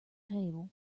table